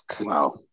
Wow